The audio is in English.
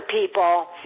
people